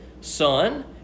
Son